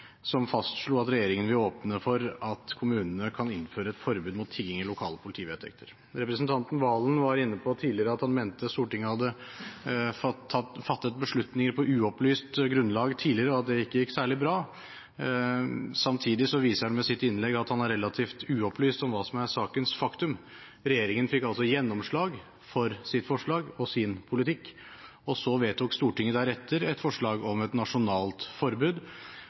som fastslo at regjeringen vil åpne for at kommunene kan innføre et forbud mot tigging i lokale politivedtekter. Representanten Serigstad Valen var tidligere inne på at han mente at Stortinget hadde fattet beslutninger på uopplyst grunnlag tidligere, og at det ikke gikk særlig bra. Samtidig viser han ved sitt innlegg at han er relativt uopplyst om hva som er sakens faktum. Regjeringen fikk altså gjennomslag for sitt forslag og sin politikk, og så vedtok Stortinget deretter et forslag om et nasjonalt forbud,